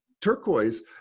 turquoise